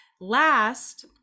Last